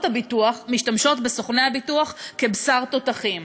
הביטוח משתמשות בסוכני הביטוח כבשר תותחים.